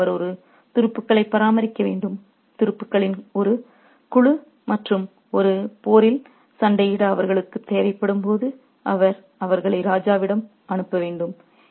எனவே அவர் ஒரு துருப்புக்களை பராமரிக்க வேண்டும் துருப்புக்களின் ஒரு குழு மற்றும் ஒரு போரில் சண்டையிட அவர்களுக்குத் தேவைப்படும்போது அவர் அவர்களை ராஜாவிடம் அனுப்ப வேண்டும்